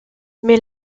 mais